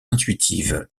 intuitive